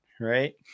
Right